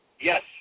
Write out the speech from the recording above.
Yes